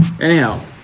Anyhow